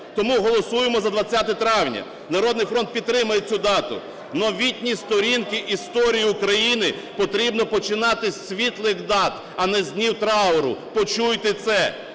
Тому голосуємо за 20 травня, "Народний фронт" підтримує цю дату. Новітні сторінки історії України потрібно починати з світлих дат, а не з днів трауру, почуйте це!